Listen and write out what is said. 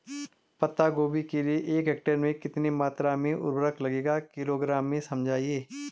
पत्ता गोभी के लिए एक हेक्टेयर में कितनी मात्रा में उर्वरक लगेगा किलोग्राम में समझाइए?